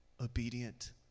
obedient